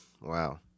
Wow